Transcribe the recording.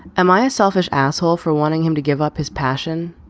am i a selfish asshole for wanting him to give up his passion?